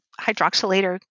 hydroxylator